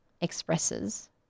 expresses